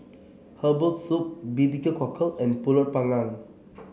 Herbal Soup B B Q Cockle and pulut Panggang